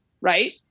right